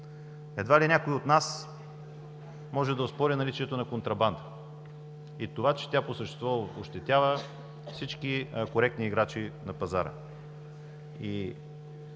Едва ли някой от нас може да оспори наличието на контрабанда и това, че тя по същество ощетява всички коректни играчи на пазара. Това